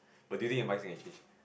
but do you think your mindset can change